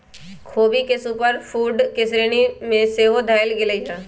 ख़ोबी के super food के श्रेणी में सेहो धयल गेलइ ह